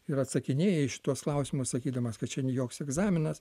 ir atsakinėja į šituos klausimus sakydamas kad čia joks egzaminas